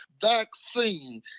vaccine